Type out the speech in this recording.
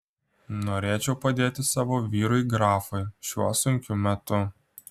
norėčiau padėti savo vyrui grafui šiuo sunkiu metu